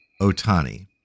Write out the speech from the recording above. Otani